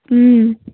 उम